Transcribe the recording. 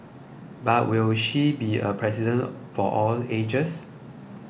but will she be a president for all ages